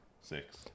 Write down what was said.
six